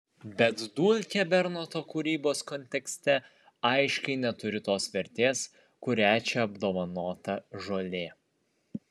bet dulkė bernoto kūrybos kontekste aiškiai neturi tos vertės kuria čia apdovanota žolė